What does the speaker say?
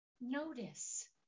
Notice